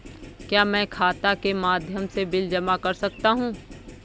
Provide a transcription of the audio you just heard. क्या मैं खाता के माध्यम से बिल जमा कर सकता हूँ?